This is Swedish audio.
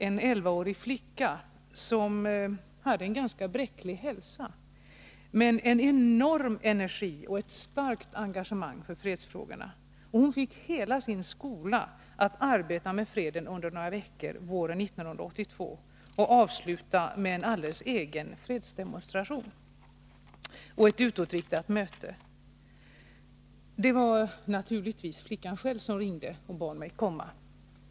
En elvaårig flicka, som hade en ganska bräcklig hälsa men en enorm energi och ett starkt engagemang för fredsfrågorna, fick hela sin skola att arbeta med freden under några veckor våren 1982. Man avslutade arbetet med en alldeles egen fredsdemonstration och ett utåtriktat möte. Det var naturligtvis flickan själv som ringde och bad mig komma.